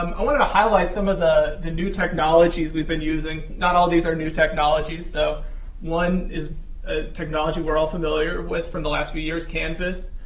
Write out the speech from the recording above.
um i wanted to highlight some of the the new technologies we've been using. not all of these are new technologies. so one ah technology we're all familiar with from the last few years, canvas,